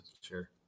Sure